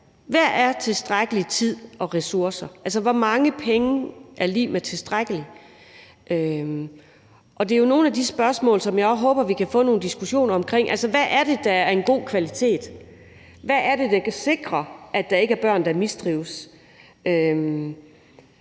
tid og tilstrækkelige ressourcer? Hvor mange penge er lig med »tilstrækkelige«? Og det er jo nogle af de spørgsmål, som jeg håber vi kan få nogle diskussioner om. Altså, hvad er det, der er god kvalitet? Hvad er det, der kan sikre, at der ikke er børn, der mistrives?